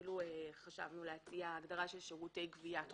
אפילו חשבנו להציע הגדרה של "שירותי גביית חובות",